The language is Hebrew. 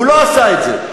הוא לא עשה את זה.